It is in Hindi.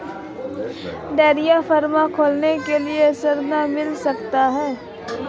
डेयरी फार्म खोलने के लिए ऋण मिल सकता है?